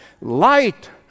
Light